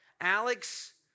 Alex